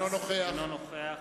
אינו נוכח